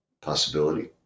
possibility